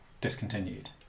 discontinued